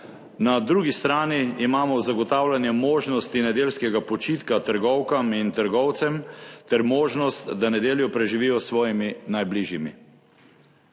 Na drugi strani imamo zagotavljanje možnosti nedeljskega počitka trgovkam in trgovcem ter možnost, da nedeljo preživijo s svojimi najbližjimi.